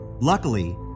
Luckily